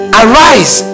arise